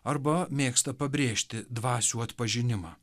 arba mėgsta pabrėžti dvasių atpažinimą